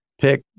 pick